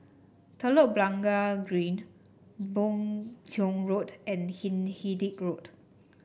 Telok Blangah Green Boon Tiong Road and Hindhede Road